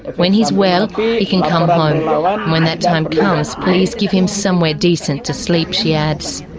when he is well he can come home and when that time comes please give him somewhere decent to sleep she adds.